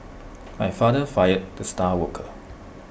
my father fired the star worker